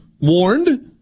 warned